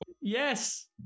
Yes